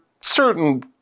certain